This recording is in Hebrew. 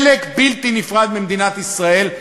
חלק בלתי נפרד ממדינת ישראל,